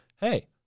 hey